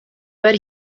but